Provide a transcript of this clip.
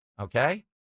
Okay